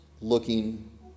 looking